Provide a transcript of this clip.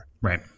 Right